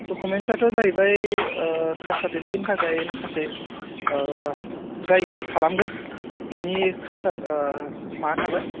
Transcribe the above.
डकुमेन्ट्सआथ' जाहैबाय कास्ट सार्टिफिकेटनि थाखाय माखासे जायनि खालामगोन बिनि खासा मा थाबाय